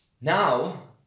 Now